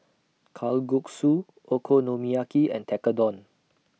Kalguksu Okonomiyaki and Tekkadon